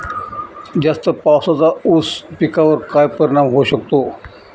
जास्त पावसाचा ऊस पिकावर काय परिणाम होऊ शकतो?